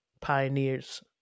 Pioneers